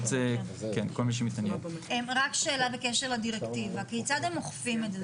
רק שאלה בקשר לדירקטיבה, כיצד הם אוכפים את זה?